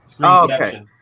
okay